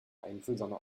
einfühlsame